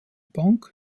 bank